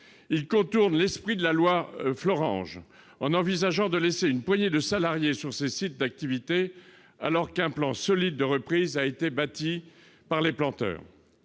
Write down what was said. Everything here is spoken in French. Il contourne l'esprit de la loi Florange en envisageant de laisser une poignée de salariés sur ces sites d'activité, alors qu'un plan solide de reprise a été bâti par les planteurs.